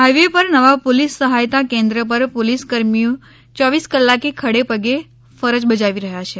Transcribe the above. highway પર નવ police સહાયતા કેન્દ્ર પર પોલીસકર્મી ચોવીસે કલાક ખડેપગે ફરજ બજાવી રહ્યાં છે